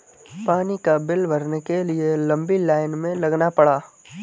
पानी का बिल भरने के लिए लंबी लाईन में लगना पड़ा